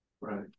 Right